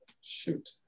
shoot